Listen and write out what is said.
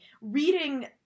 Reading